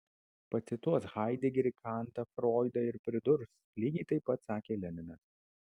pacituos haidegerį kantą froidą ir pridurs lygiai taip pat sakė leninas